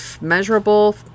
measurable